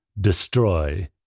destroy